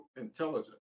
intelligence